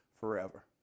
forever